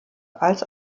als